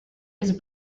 his